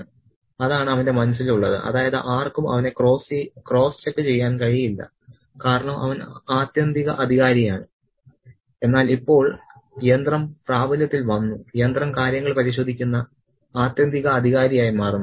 " അതാണ് അവന്റെ മനസ്സിലുള്ളത് അതായത് ആർക്കും അവനെ ക്രോസ് ചെക്ക് ചെയ്യാൻ കഴിയില്ല കാരണം അവൻ ആത്യന്തിക അധികാരിയാണ് എന്നാൽ ഇപ്പോൾ യന്ത്രം പ്രാബല്യത്തിൽ വന്നു യന്ത്രം കാര്യങ്ങൾ പരിശോധിക്കുന്ന ആത്യന്തിക അധികാരിയായി മാറുന്നു